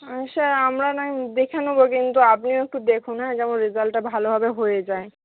আর sir আমরা নয় দেখে নেবো কিন্তু আপনিও একটু দেখুন হ্যাঁ যেন রেজাল্টটা ভালোভাবে হয়ে যায়